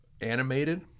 animated